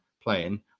playing